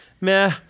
meh